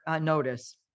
notice